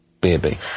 baby